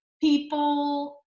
people